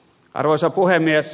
arvoisa puhemies